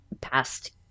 past